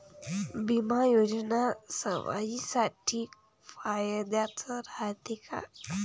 बिमा योजना सर्वाईसाठी फायद्याचं रायते का?